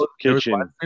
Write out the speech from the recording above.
kitchen